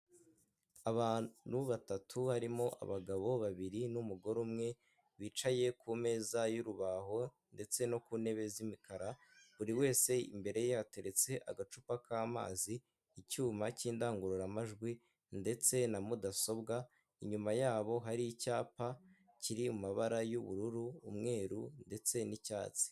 Abantu batatu harimo abagabo babiri n'umugore umwe bicaye ku meza y'urubaho ndetse no ku ntebe z'imikara, buri wese imbere ye yateretse agacupa k'amazi icyuma cy'indangururamajwi ndetse na mudasobwa, inyuma yabo hari icyapa kiri mu mabara y'ubururu, umweru ndetse n'icyatsi.